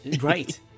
right